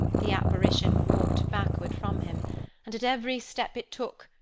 the apparition walked backward from him and at every step it took,